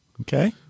Okay